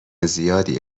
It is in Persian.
زیادی